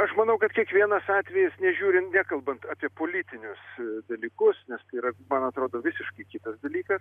aš manau kad kiekvienas atvejis nežiūrint nekalbant apie politinius dalykus nes tai yra man atrodo visiškai kitas dalykas